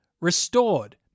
Restored